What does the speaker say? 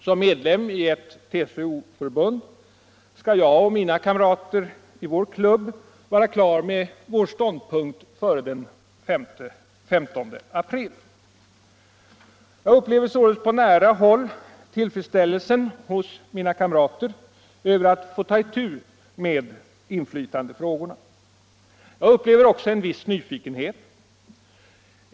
Som medlem i ett TCO-förbund skall jag och mina kamrater i vår klubb vara klara med vår ståndpunkt före den 15 april. Jag upplever således på nära håll tillfredsställelsen hos mina kamrater över att få ta itu med inflytandefrågorna. Jag upplever också en viss nyfikenhet.